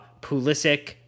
Pulisic